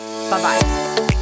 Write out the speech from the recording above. Bye-bye